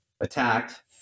attacked